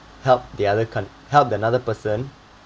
help the other coun~ help another person